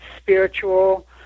spiritual